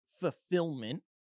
fulfillment